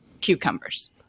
cucumbers